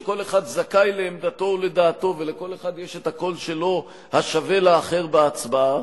שכל אחד זכאי לעמדתו ולדעתו ולכל אחד יש את הקול שלו השווה לאחר בהצבעה,